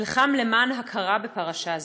נלחם למען הכרה בפרשה זו.